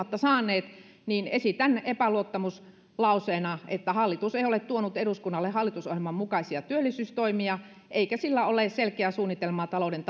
huolimatta saaneet esitän epäluottamuslauseena hallitus ei ole tuonut eduskunnalle hallitusohjelman mukaisia työllisyystoimia eikä sillä ole selkeää suunnitelmaa talouden